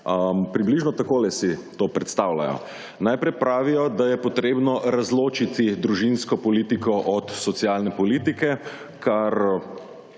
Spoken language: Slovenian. Približno takole si to predstavljajo. Najprej pravijo, da je potrebno razločiti družinsko politiko od socialne politike, kar